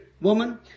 woman